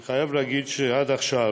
אני חייב להגיד שעד עכשיו,